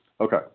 Okay